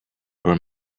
where